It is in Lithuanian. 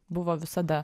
buvo visada